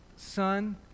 son